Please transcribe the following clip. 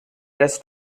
rest